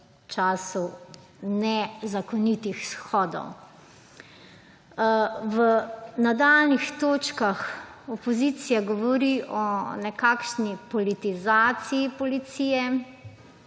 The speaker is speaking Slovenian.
času nezakonitih shodov. V nadaljnjih točkah opozicija govori o nekakšni politizaciji policije,